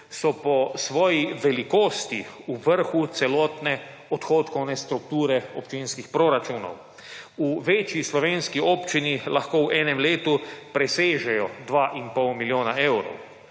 so po svoji velikosti v vrhu celotne odhodkovne strukture občinskih proračunov. V večjih slovenski občini lahko v enem letu presežejo 2 in pol milijona evrov.